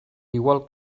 igual